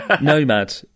Nomad